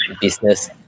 business